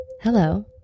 Hello